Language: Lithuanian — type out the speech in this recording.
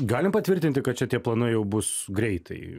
galim patvirtinti kad čia tie planai jau bus greitai